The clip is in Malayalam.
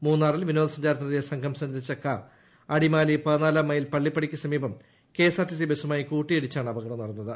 മൂന്നാറിൽ വിനോദ സഞ്ചാരത്തിനെത്തിയ സംഘം സഞ്ചരിച്ചു കാർ അടിമാലി പതിനാലാം മൈൽ പള്ളി പടിക്ക് സമീപം K S R T C ബസുമായി കൂട്ടിയിടിച്ചാണ് അപകടം നടന്നത്